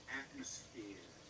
atmosphere